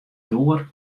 doar